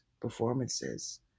performances